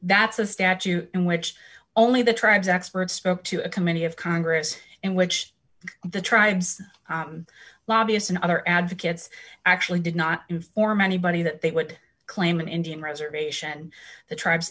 that's a statue in which only the tribes expert spoke to a committee of congress in which the tribes lobbyists and other advocates actually did not inform anybody that they would claim an indian reservation the tribes